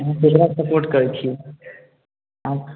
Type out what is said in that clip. अहाँ ककरा सपोर्ट करै छियै